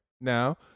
Now